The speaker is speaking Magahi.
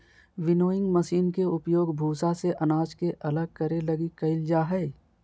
विनोइंग मशीन के उपयोग भूसा से अनाज के अलग करे लगी कईल जा हइ